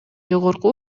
жогорку